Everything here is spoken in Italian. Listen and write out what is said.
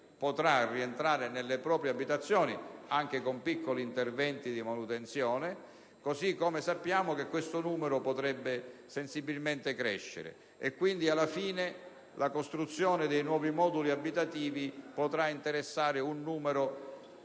potrà rientrare nelle proprie abitazioni anche a seguito di piccoli interventi di manutenzione; così pure sappiamo che questo numero potrebbe sensibilmente crescere. Pertanto, alla fine, la costruzione dei nuovi moduli abitativi potrà interessare un numero